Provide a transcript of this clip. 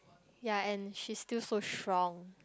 ya and she's still so strong